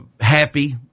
happy